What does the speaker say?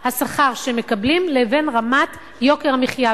השכר שהם מקבלים לבין רמת יוקר המחיה.